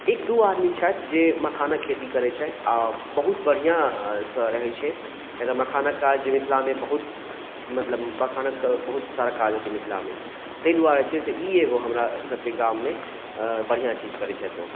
एक दू आदमी छथि जे मखानक खेती करै छथि आओर बहुत बढ़िआँसँ रहै छै किए तऽ मखानक काज मिथिलामे बहुत मतलब मखानक बहुत सारा काज होइ छै मिथिलामे तै दुआरे जे छै से ई एगो हमरा सभके गाममे अऽ बढ़िआँ चीज करै छथि ओ